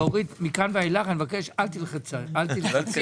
אורית, מכאן ואילך מבקש שאל תלחצי עלי.